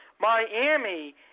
Miami